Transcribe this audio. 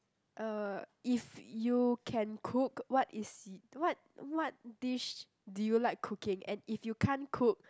uh if you can cook what is si~ what what dish do you like cooking and if you can't cook